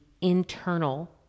internal